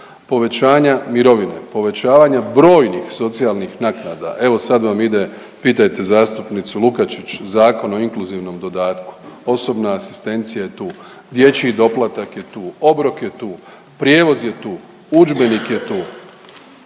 povećanja mirovine, povećavanja brojnih socijalnih naknada, evo, sad vam ide, pitajte zastupnicu Lukačić, Zakon o inkluzivnom dodatku, osobna asistencija je tu, dječji doplatak je tu, obrok je tu, prijevoz je tu, udžbenik je tu.